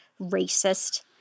racist